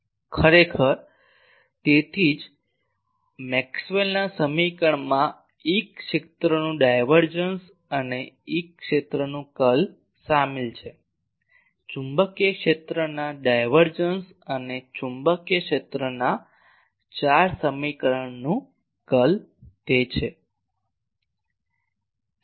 ખરેખર તેથી જ મેક્સવેલના સમીકરણમાં E ક્ષેત્રનું ડાયવર્જન્સ અને E ક્ષેત્રનું કર્લ શામેલ છે ચુંબકીય ક્ષેત્રનું ડાયવર્જન્સ અને ચુંબકીય ક્ષેત્રના ચાર સમીકરણોનું કર્લ તે છે